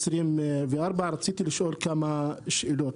רציתי לשאול כמה שאלות.